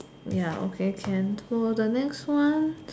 ya okay can so the next one